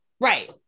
Right